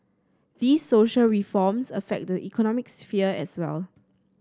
these social reforms affect the economic sphere as well